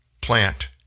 plant